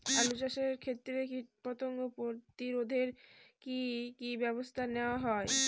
আলু চাষের ক্ষত্রে কীটপতঙ্গ প্রতিরোধে কি কী ব্যবস্থা নেওয়া হয়?